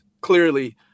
clearly